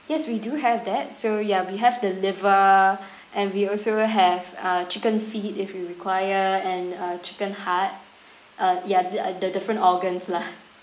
yes we do have that so yeah we have the liver and we also have uh chicken feet if you require and uh chicken heart uh yeah the the the different organs lah